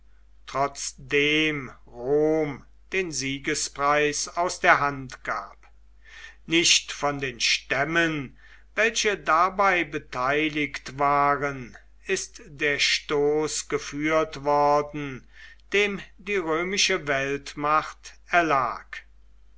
rom den siegespreis aus der hand gab nicht von den stämmen welche dabei beteiligt waren ist der stoß geführt worden dem die römische weltmacht erlag